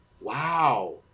Wow